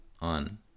on